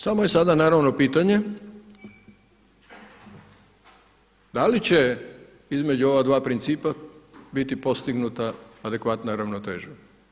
Samo je sada naravno pitanje da li će između ova dva principa biti postignuta adekvatna ravnoteža.